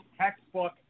textbook